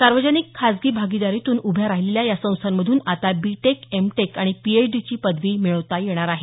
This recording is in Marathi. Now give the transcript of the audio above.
सार्वजनिक खाजगी भागीदारीतून उभ्या राहिलेल्या या संस्थांमधून आता बी टेक एम टेक आणि पीएचडी ची पदवी मिळवता येणार आहे